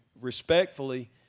respectfully